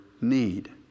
need